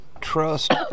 trust